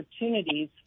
opportunities